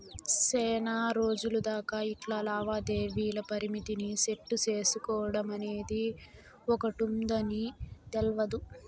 సేనారోజులు దాకా ఇట్లా లావాదేవీల పరిమితిని సెట్టు సేసుకోడమనేది ఒకటుందని తెల్వదు